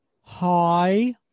Hi